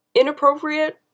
inappropriate